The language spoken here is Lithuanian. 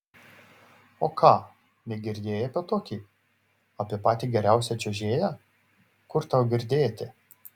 o ką negirdėjai apie tokį apie patį geriausią čiuožėją kur tau girdėti